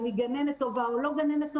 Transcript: אם היא גננת טובה או לא גננת טובה,